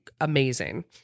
amazing